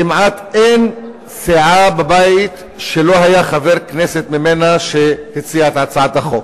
כמעט אין סיעה בבית שלא היה חבר כנסת ממנה שהציע את הצעת החוק.